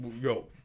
yo